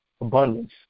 abundance